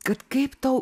kad kaip tau